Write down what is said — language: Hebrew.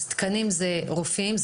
תקנים אלה רופאים,